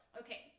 Okay